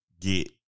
get